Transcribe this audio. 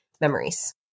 memories